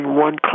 One